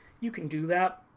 you can do that.